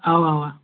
اَوہ اَوہ